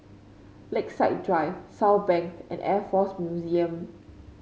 Lakeside Drive Southbank and Air Force Museum